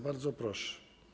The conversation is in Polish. Bardzo proszę.